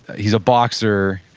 he's a boxer.